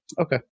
okay